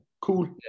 cool